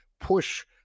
push